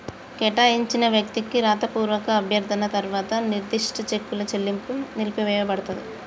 కేటాయించిన వ్యక్తికి రాతపూర్వక అభ్యర్థన తర్వాత నిర్దిష్ట చెక్కుల చెల్లింపు నిలిపివేయపడతది